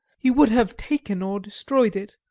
he would have taken or destroyed it.